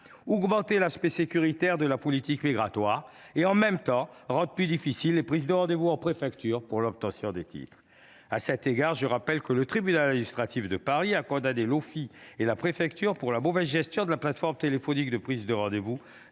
accroît l’aspect sécuritaire de la politique migratoire et – en même temps – rend plus difficiles les prises de rendez vous en préfecture pour l’obtention de titres de séjour. À cet égard, je le rappelle, le tribunal administratif de Paris a condamné l’Ofii et la préfecture pour la mauvaise gestion de la plateforme téléphonique de prise de rendez vous